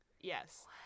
Yes